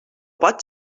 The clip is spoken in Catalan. pot